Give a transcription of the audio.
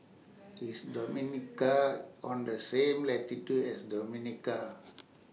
IS Dominica on The same latitude as Dominica